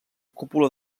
cúpula